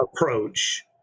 approach